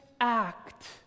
act